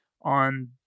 on